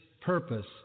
purpose